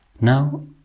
Now